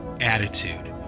attitude